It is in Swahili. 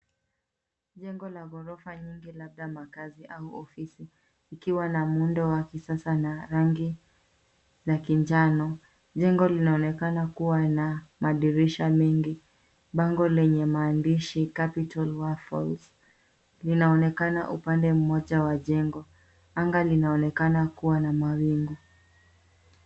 Jengo la gorofa nyingi labda makazi au ofisi liliwa na muundo wa kisasa na rangi la kinjano. Jengo linaonekana kuwa na madirisha mingi. Bango lenye maadishi Capital Waffles linaonekana upande mmoja wa jengo. Anga linaonekana kuwa na mawingu.